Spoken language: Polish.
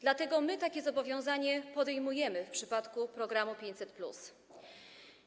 Dlatego my takiego zobowiązanie podejmujemy w przypadku programu 500+.